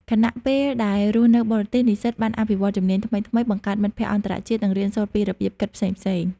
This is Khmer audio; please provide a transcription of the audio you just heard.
ខណៈពេលដែលរស់នៅបរទេស និស្សិតបានអភិវឌ្ឍជំនាញថ្មីៗ បង្កើតមិត្តភក្តិអន្តរជាតិ និងរៀនសូត្រពីរបៀបគិតផ្សេងៗ។